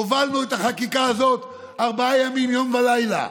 הובלנו את החקיקה הזאת ארבעה ימים, יום ולילה,